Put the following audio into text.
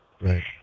right